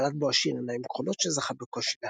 בלט בו השיר "עיניים כחולות" שזכה בקושי להצלחה.